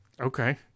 Okay